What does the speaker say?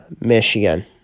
Michigan